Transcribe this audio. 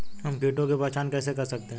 हम कीटों की पहचान कैसे कर सकते हैं?